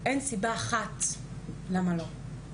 אין סיבה אחת למה לא.